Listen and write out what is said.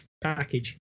package